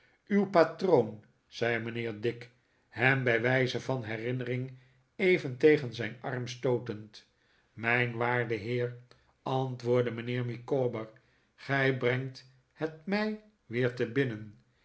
uw patroon zei mijnheer dick hem bij wijze van herinnering even tegen zijn arm stootend mijn waarde heer antwoordde mijnheer micawber gij brengt het mij weer te binnen